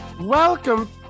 Welcome